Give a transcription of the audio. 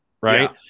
right